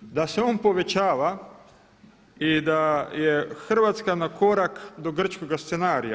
da se on povećava i da je Hrvatska na korak do grčkoga scenarija.